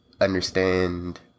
understand